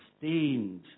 sustained